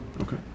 Okay